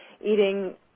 eating